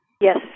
Yes